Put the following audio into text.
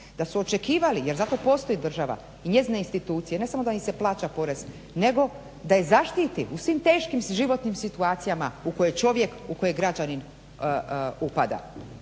da su očekivali i zato postoji država i njezine institucije ne samo da im se plaća porez, nego da ih zaštiti u svim teškim životnim situacijama u kojim čovjek u koje građanin upada.